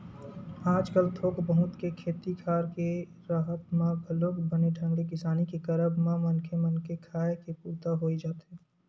आजकल थोक बहुत के खेती खार के राहत म घलोक बने ढंग ले किसानी के करब म मनखे मन के खाय के पुरता होई जाथे